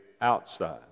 outside